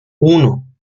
uno